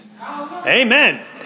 Amen